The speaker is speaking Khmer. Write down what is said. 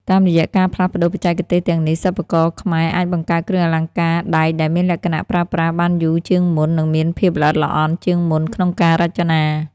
តាមរយៈការផ្លាស់ប្ដូរបច្ចេកទេសទាំងនេះ សិប្បករខ្មែរអាចបង្កើតគ្រឿងអលង្ការដែកដែលមានលក្ខណៈប្រើប្រាស់បានយូរជាងមុន និងមានភាពល្អិតល្អន់ជាងមុនក្នុងការរចនា។